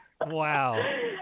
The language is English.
Wow